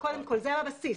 קודם כל, זה הבסיס.